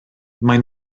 mae